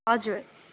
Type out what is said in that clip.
हजुर